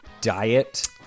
diet